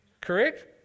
correct